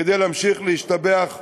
כדי להמשיך להשתבח בהישגים.